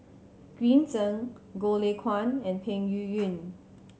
Green Zeng Goh Lay Kuan and Peng Yuyun